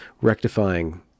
rectifying